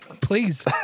please